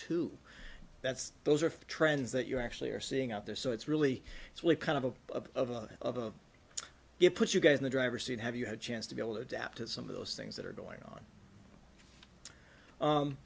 two that's those are the trends that you're actually are seeing out there so it's really it's really kind of a of a of a it puts you guys in the driver's seat have you had a chance to be able to adapt to some of those things that are going on